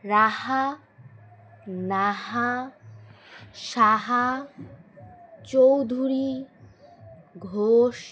Raha Naha Saha Chowdhury Ghosh